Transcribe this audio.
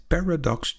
Paradox